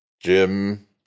Jim